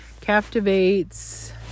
captivates